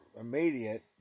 immediate